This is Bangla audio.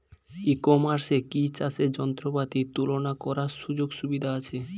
ই কমার্সে কি চাষের যন্ত্রপাতি তুলনা করার সুযোগ সুবিধা আছে?